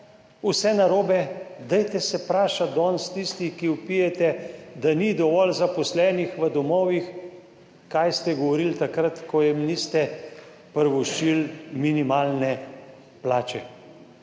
vse narobe. Dajte se vprašati danes tisti, ki vpijete, da ni dovolj zaposlenih v domovih, kaj ste govorili takrat, ko jim niste privoščili minimalne plače.